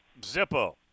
Zippo